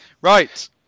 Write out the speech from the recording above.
Right